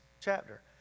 chapter